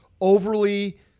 overly